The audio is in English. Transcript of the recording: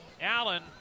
Allen